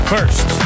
First